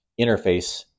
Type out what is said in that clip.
interface